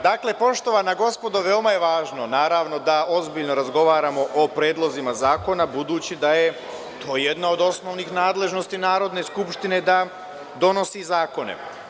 Dakle, poštovana gospodo, veoma je važno naravno da ozbiljno razgovaramo o predlozima zakona, budući da je to jedna od osnovnih nadležnosti Narodne skupštine da donosi zakone.